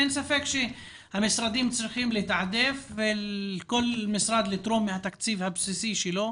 אין ספק שהמשרדים צריכים לתעדף וכל משרד צריך לתרום מהתקציב הבסיסי שלו,